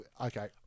Okay